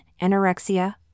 anorexia